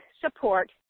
support